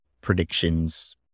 predictions